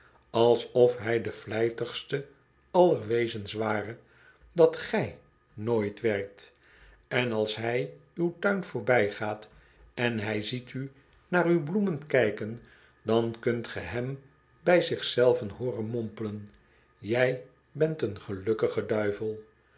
alsof hij de vlijtigste aller wezens ware dat gij nooit werkt en als hij uw tuin voorbijgaat en hjj ziet u naar uw bloemen kijken dan kunt ge hem bij zich zelven hooren mompelen j ij bent een gelukkige duivel